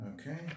okay